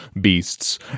beasts